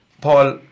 Paul